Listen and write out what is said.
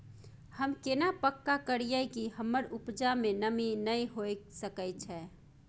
हम केना पक्का करियै कि हमर उपजा में नमी नय होय सके छै?